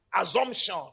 assumption